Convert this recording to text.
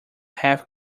half